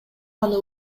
аны